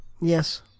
Yes